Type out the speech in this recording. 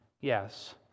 Yes